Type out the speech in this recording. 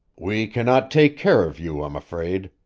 we cannot take care of you, i'm afraid.